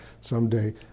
someday